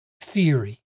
theory